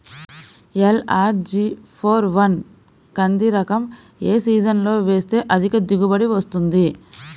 LRG four one కంది రకం ఏ సీజన్లో వేస్తె అధిక దిగుబడి వస్తుంది?